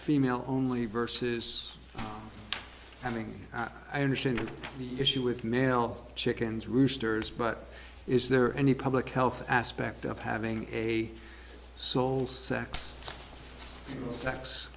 female only versus i mean i understand the issue with male chickens roosters but is there any public health aspect of having a sole sex sex